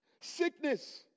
sickness